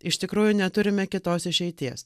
iš tikrųjų neturime kitos išeities